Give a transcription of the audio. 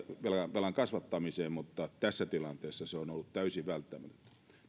velan kasvattamiseen mutta tässä tilanteessa se on ollut täysin välttämätöntä